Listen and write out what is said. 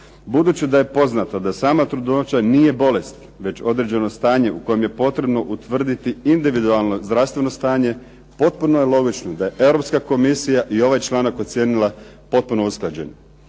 Budući da je poznato da sama trudnoća nije bolest, već određeno stanje u kojem je potrebno utvrditi individualno zdravstveno stanje, potpuno je logično da je Europska Komisija i ovaj članak ocijenila potpuno usklađenim.